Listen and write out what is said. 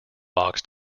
box